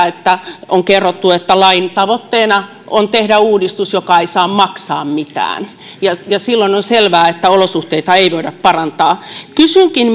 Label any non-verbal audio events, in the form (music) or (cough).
(unintelligible) että kuten on kerrottu lain tavoitteena on tehdä uudistus joka ei saa maksaa mitään ja ja silloin on selvää että olosuhteita ei voida parantaa kysynkin (unintelligible)